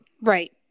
right